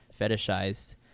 fetishized